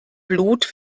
blut